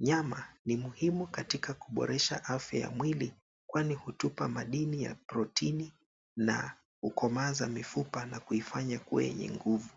Nyama ni muhimu katika kuboresha afya ya mwili, kwani hutupa madini ya protini na kukomaza mifupa na kuifanya kuwa yenye nguvu.